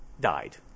died